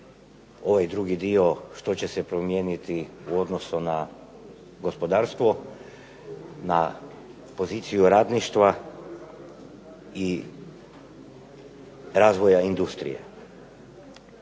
ovaj drugi dio što će se promijeniti u odnosu na gospodarstvo, na poziciju radništva i razvoja industrije.